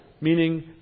meaning